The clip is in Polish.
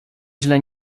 źle